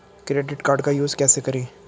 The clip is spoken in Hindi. क्रेडिट कार्ड का यूज कैसे करें?